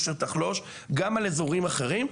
אשר תחלוש גם על אזורים אחרים".